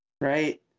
right